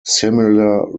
similar